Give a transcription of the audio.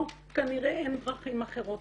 לא, כנראה אין דרכים אחרות.